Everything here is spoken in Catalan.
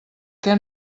què